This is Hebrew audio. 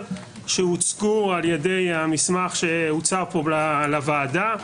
שהוצגו על ידי המסמך שהוצע פה לוועדה,